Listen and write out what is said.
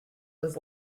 was